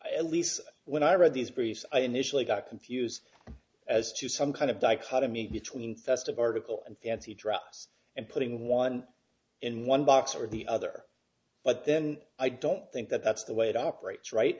at least when i read these priests i initially got confused as to some kind of dichotomy between festive article and fancy dress and putting one in one box or the other but then i don't think that that's the way it operates right